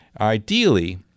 Ideally